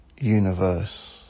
universe